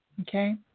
okay